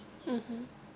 (uh huh)